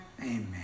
Amen